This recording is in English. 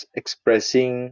expressing